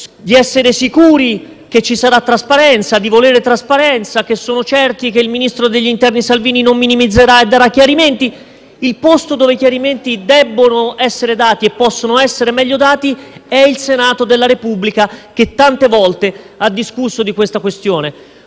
di essere sicuri che ci sarà trasparenza, di voler trasparenza, che sono certi che il ministro dell'interno Salvini non minimizzerà e darà chiarimenti. Il posto dove i chiarimenti debbono e possono essere meglio dati è il Senato della Repubblica, che tante volte ha discusso di tale questione.